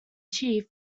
chief